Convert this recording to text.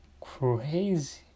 crazy